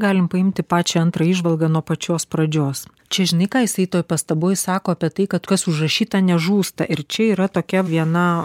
galim paimti pačią antrą įžvalgą nuo pačios pradžios čia žinai ką jisai toj pastaboj sako apie tai kad kas užrašyta nežūsta ir čia yra tokia viena